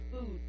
food